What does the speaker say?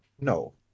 No